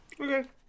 Okay